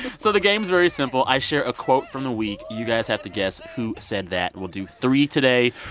so the game's very simple. i share a quote from the week. you guys have to guess who said that. we'll do three today.